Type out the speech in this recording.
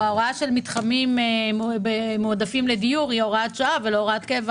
ההוראה של מתחמים מועדפים לדיור היא הוראת שעה ולא הוראת קבע.